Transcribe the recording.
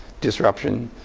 disruption,